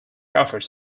offers